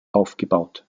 aufgebaut